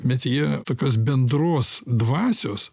bet jie tokios bendros dvasios